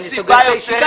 אני סוגר את הישיבה.